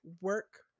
work